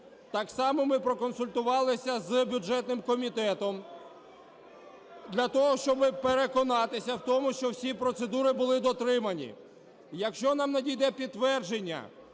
Так само ми проконсультувалися з бюджетним комітетом для того, щоб переконатися в тому, що всі процедури були дотримані. Якщо нам надійде підтвердження,